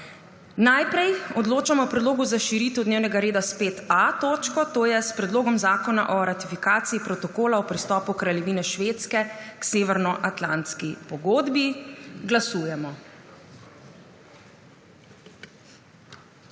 Najprej odločamo o predlogu za širitev dnevnega reda s 5a točko, to je s Predlogom zakona o ratifikaciji Protokola o pristopu Kraljevine Švedske k Severnoatlantski pogodbi. Glasujemo.